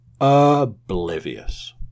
Oblivious